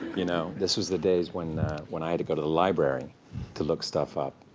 you know? this was the days when when i had to go to the library to look stuff up,